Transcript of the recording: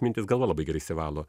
mintys galva labai gerai išsivalo